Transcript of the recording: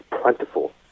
plentiful